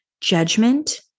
Judgment